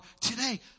today